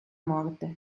morte